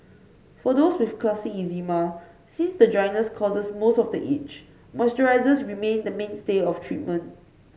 for those with classic eczema since the dryness causes most of the itch moisturisers remain the mainstay of treatment